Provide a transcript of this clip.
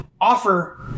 offer